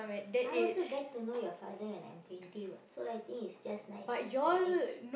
I also get to know your father when I'm twenty [what] so I think it's just nice the age